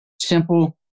Simple